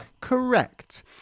Correct